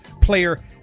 player